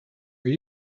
are